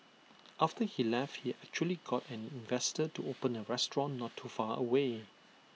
after he left he actually got an investor to open A restaurant not too far away